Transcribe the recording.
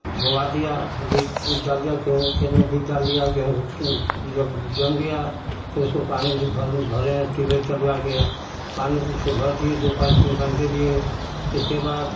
बोआ दिया बीज डालकर खेत में बीज डाल दिया गेहूँ भी जब जम गया फिर तो पानी भरे भरे ट्यूबवेल चलवाकर पानी से भर दिए दो पानी तीन पानी दे दिए इसके बाद